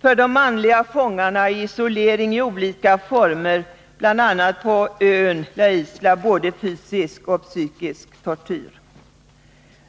För de manliga fångarna är isolering i olika former, bl.a. på ”La Isla”, ön, både fysisk och psykisk tortyr.